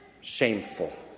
shameful